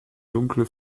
dunkle